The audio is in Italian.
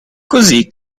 così